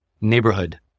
neighborhood